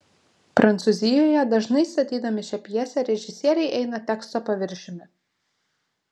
prancūzijoje dažnai statydami šią pjesę režisieriai eina teksto paviršiumi